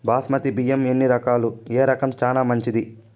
బాస్మతి బియ్యం ఎన్ని రకాలు, ఏ రకం చానా మంచిది?